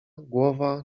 głowa